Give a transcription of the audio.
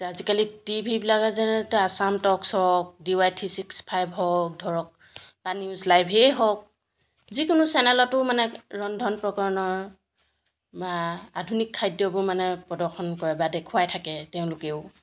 আজিকালি টিভিবিলাকে যেনে এতিয়া আছাম টক্স হওক D Y three six five হওক ধৰক বা নিউজ লাইভেই হওক যিকোনো চেনেলতো মানে ৰন্ধন প্ৰকৰণৰ বা আধুনিক খাদ্যবোৰ মানে প্ৰদৰ্শন কৰে বা দেখুৱাই থাকে তেওঁলোকেও